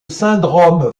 syndrome